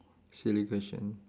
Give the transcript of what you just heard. silly question